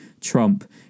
trump